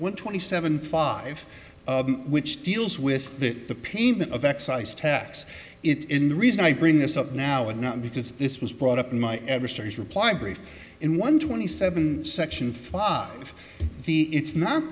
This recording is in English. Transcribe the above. one twenty seven five which deals with the payment of excise tax it in the reason i bring this up now and not because this was brought up in my adversaries reply brief in one twenty seven section five the it's not